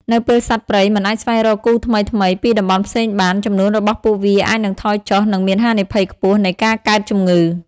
នៅពេលសត្វព្រៃមិនអាចស្វែងរកគូថ្មីៗពីតំបន់ផ្សេងបាន ចំនួនរបស់ពួកវាអាចនឹងថយចុះ និងមានហានិភ័យខ្ពស់នៃការកើតជំងឺ។